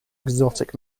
exotic